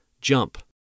Jump